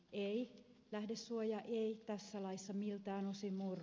ei lähdesuoja ei tässä laissa miltään osin murru